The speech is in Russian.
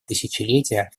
тысячелетия